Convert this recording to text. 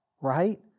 right